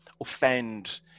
offend